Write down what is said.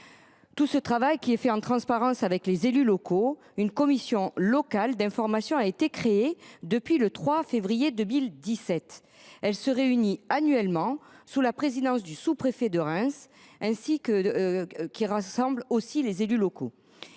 Tout ce travail est fait en transparence, avec les élus locaux. Une commission locale d’information a été créée le 3 février 2017. Elle se réunit annuellement sous la présidence du sous préfet de Reims et rassemble les élus locaux.